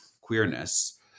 queerness